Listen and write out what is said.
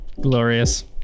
glorious